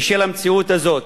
בשל המציאות הזאת.